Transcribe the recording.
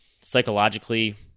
psychologically